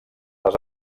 les